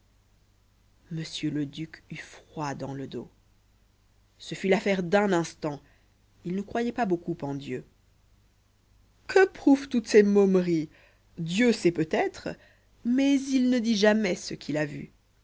duc eut froid dans le dos ce fut l'affaire d'un instant il ne croyait pas beaucoup en dieu que prouvent toutes ces momeries dieu sait peut-être mais il ne dit jamais ce qu'il a vu